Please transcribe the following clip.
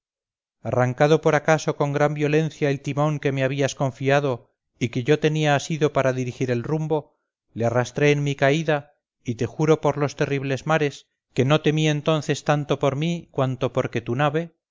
arrancado por acaso con gran violencia el timón que me habías confiado y que yo tenía asido para dirigir el rumbo le arrastré en mi caída y te juro por los terribles mares que no temí entonces tanto por mí cuanto porque tu nave